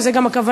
שזו גם הכוונה,